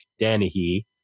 Danahy